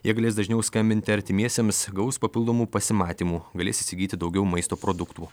jie galės dažniau skambinti artimiesiems gaus papildomų pasimatymų galės įsigyti daugiau maisto produktų